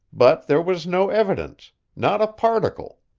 but there was no evidence not a particle.